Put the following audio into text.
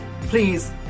Please